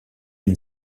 une